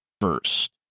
first